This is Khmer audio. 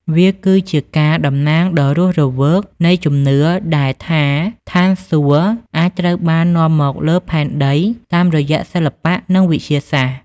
វាគឺជាការតំណាងដ៏រស់រវើកនៃជំនឿដែលថាស្ថានសួគ៌អាចត្រូវបាននាំមកលើផែនដីតាមរយៈសិល្បៈនិងវិទ្យាសាស្ត្រ។